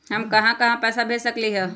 हम कहां कहां पैसा भेज सकली ह?